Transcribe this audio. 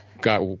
got